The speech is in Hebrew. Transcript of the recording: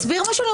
הוא מסביר משהו.